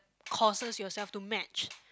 courses yourself to match